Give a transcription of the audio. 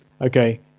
okay